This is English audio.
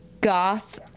goth